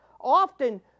Often